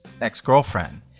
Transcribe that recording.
ex-girlfriend